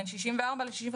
בין 64 ל-65,